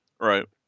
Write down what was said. Right